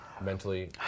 Mentally